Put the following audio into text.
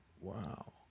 wow